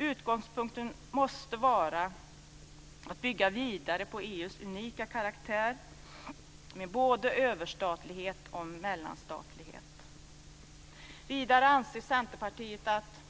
Utgångspunkten måste vara att bygga vidare på EU:s unika karaktär, med både överstatlighet och mellanstatlighet. Vidare anser Centerpartiet att